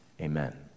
Amen